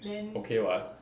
okay [what]